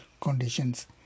conditions